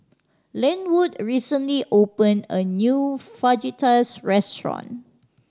Lenwood recently opened a new Fajitas restaurant